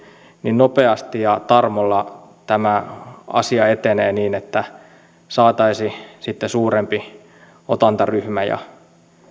nopeasti ja tarmolla tämä asia etenee niin että saataisiin sitten suurempi otantaryhmä ja